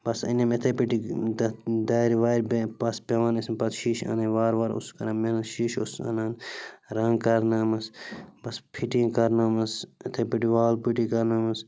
بَس أنِم یِتھَے پٲٹھی تَتھ دارِ وارِ بیٚیہِ بَس پٮ۪وان ٲسِم پَتہٕ شٮیٖشہٕ اَننٕۍ وارٕ وارٕ اوسُس کران محنت شیٖشہٕ اوسُس اَنان رَنٛگ کَرٕناونَس بَس فِٹِنٛگ کَرٕنٲومَس یِتھَے پٲٹھۍ وال پُٹی کَرٕنٲومَس